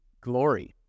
glory